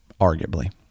arguably